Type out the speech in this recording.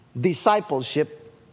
discipleship